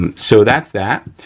um so, that's that.